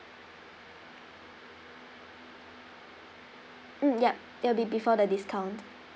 mm yup it will be before the discount